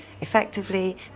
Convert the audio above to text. effectively